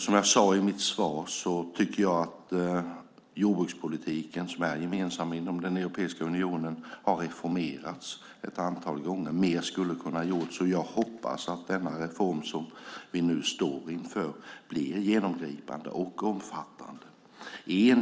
Som jag sade i mitt svar har jordbrukspolitiken, som är gemensam inom Europeiska unionen, reformerats ett antal gånger, men mer kunde ha gjorts. Jag hoppas att den reform som vi nu står inför blir genomgripande och omfattande.